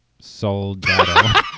Soldado